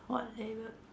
what label